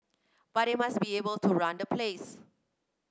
but they must be able to run the place